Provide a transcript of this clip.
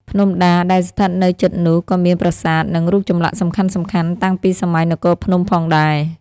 ភ្នំដា ដែលស្ថិតនៅជិតនោះ ក៏មានប្រាសាទ និងរូបចម្លាក់សំខាន់ៗតាំងពីសម័យនគរភ្នំផងដែរ។